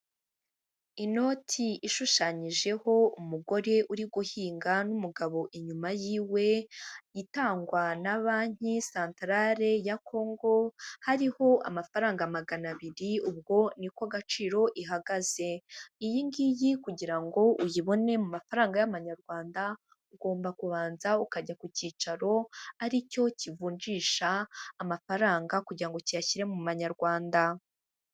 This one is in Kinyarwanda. Inoti ishushanyijeho umugore uri guhinga n'umugabo inyuma yiwe, itangwa na banki santarale ya Kongo, hariho amafaranga magana abiri ubwo ni ko agaciro ihagaze. Iyi ngiyi kugira ngo uyibone mu mafaranga y'Amanyarwanda, ugomba kubanza ukajya ku cyicaro aricyo kivunjisha amafaranga kugira ngo kiyashyire mu manyarwanda.